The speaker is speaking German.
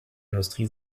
industrie